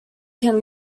can